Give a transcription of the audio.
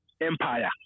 Empire